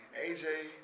AJ